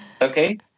Okay